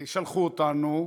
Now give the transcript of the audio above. שלחו אותנו,